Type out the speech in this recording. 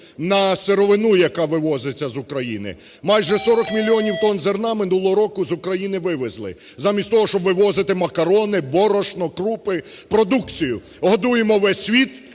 на сировину, яка вивозиться з України. Майже 40 мільйонів тонн зерна минулого року з України вивезли замість того, щоб вивозити макарони, борошно, крупи, продукцію. Годуємо весь світ,